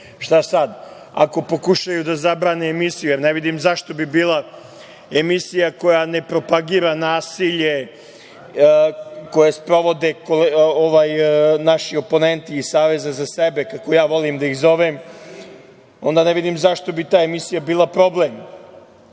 iznose. Ako pokušaju da zabrane emisiju, jer ne vidim zašto bi bila emisija koja ne propagira nasilje, koju sprovode naši oponenti iz Saveza za sebe, kako ja volim da ih zovem, onda ne vidim zašto bi ta emisija bila problem. Inače